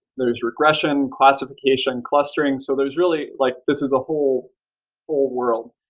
there's regression, classification clustering. so there's really like this is a whole whole world.